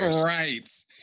Right